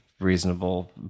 reasonable